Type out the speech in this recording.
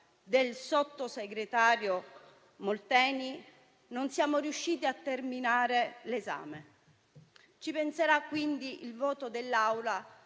del sottosegretario Molteni, non siamo riusciti a terminare l'esame. Sarà quindi il voto dell'Assemblea